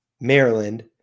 Maryland